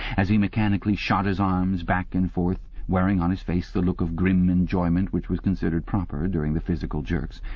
as he mechanically shot his arms back and forth, wearing on his face the look of grim enjoyment which was considered proper during the physical jerks,